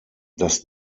das